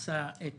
עשה את